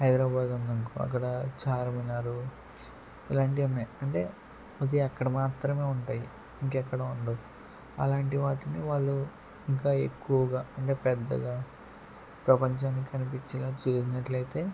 హైదరాబాద్ ఉందనుకో అక్కడ చార్మినారు ఇలాంటియి ఉన్నయి అంటే అది అక్కడ మాత్రమే ఉంటాయి ఇంకెక్కడ ఉండవు అలాంటివాటిని వాళ్ళు ఇంకా ఎక్కువగా అంటే పెద్దగా ప్రపంచానికి కనిపించేలాగా చేసినట్లయితే